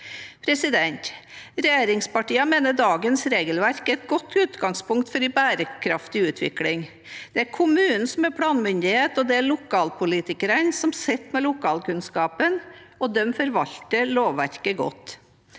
Regjeringspartiene mener dagens regelverk er et godt utgangspunkt for en bærekraftig forvaltning. Det er kommunen som er planmyndighet, det er lokalpolitikerne som sitter med lokalkunnskapen, og de forvalter lovverket godt.